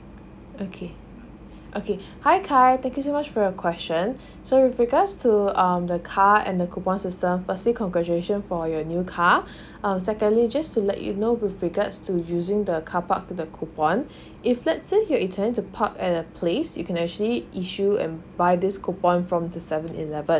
okay okay hi khai thank you so much for your question so with regards to um the car and the coupons system firstly congratulations for your new car uh secondly just to let you know with regards to using the carpark the coupon if let's say you intend to park at the place you can actually issue and buy this coupon from the seven eleven